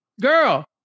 girl